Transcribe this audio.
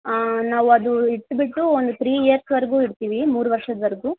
ನಾವು ಅದು ಇಟ್ಟುಬಿಟ್ಟು ಒಂದು ತ್ರೀ ಇಯರ್ಸ್ವರೆಗೂ ಇಡ್ತೀವಿ ಮೂರು ವರ್ಷದವರೆಗೂ